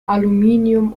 aluminium